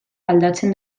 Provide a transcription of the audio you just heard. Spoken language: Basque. aldatzen